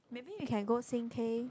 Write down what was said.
maybe we can go sing K